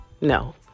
no